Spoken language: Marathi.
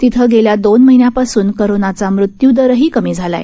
तिथं गेल्या दोन महिन्यांपासून कोरोनाचा मृत्यू दरही कमी झाला आहे